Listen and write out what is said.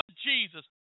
Jesus